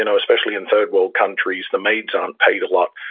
and especially in third-world countries, the maids aren't paid a lot.